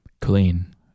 clean